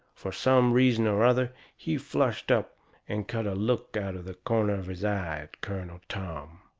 fur some reason or other he flushed up and cut a look out of the corner of his eye at colonel tom.